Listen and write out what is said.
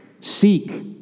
Seek